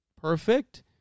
perfect